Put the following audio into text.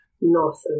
North